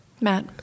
Matt